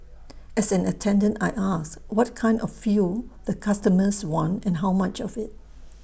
as an attendant I ask what kind of fuel the customers want and how much of IT